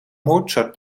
mozart